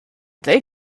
they